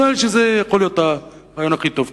נראה לי שזה יכול להיות הרעיון הכי טוב.